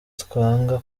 twanga